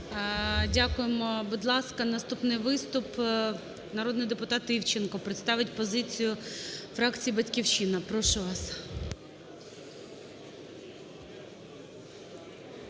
ласка, наступний виступ. Народний депутат Івченко представить позицію фракції "Батьківщина". Прошу вас.